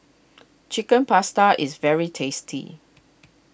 Chicken Pasta is very tasty